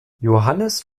johannes